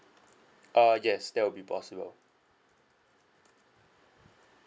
uh yes that will be possible